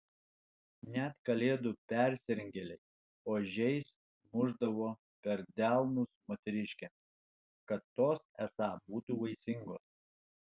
net kalėdų persirengėliai ožiais mušdavo per delnus moteriškėms kad tos esą būtų vaisingos